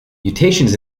mutations